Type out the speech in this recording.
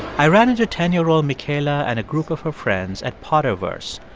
i ran into a ten year old michaela and a group of her friends at potterverse,